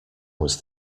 was